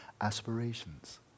aspirations